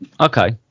Okay